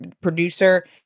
producer